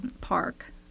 park